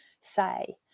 say